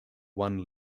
one